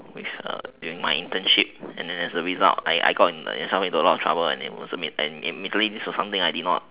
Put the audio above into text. which during my internship and then as a result I I got into some a lot of trouble in the end and it was imme~ and immediately this was something I did not